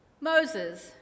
Moses